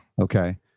okay